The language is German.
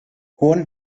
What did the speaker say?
hohen